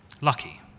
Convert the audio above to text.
lucky